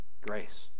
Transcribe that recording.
grace